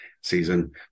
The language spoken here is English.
season